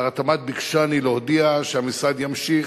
שר התמ"ת ביקשני להודיע שהמשרד ימשיך